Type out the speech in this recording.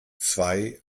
zwei